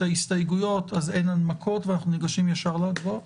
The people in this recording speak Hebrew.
ההסתייגויות אז אין הנמקות ואנחנו ניגשים ישר להצבעות,